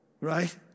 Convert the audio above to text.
right